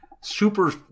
super